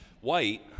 white